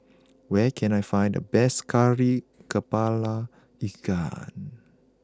where can I find the best Kari Kepala Ikan